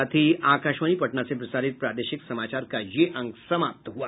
इसके साथ ही आकाशवाणी पटना से प्रसारित प्रादेशिक समाचार का ये अंक समाप्त हुआ